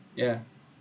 yeah